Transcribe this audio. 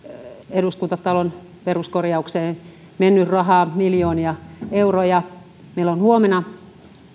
eduskuntatalon peruskorjaukseen on mennyt rahaa miljoonia euroja meillä on huomenna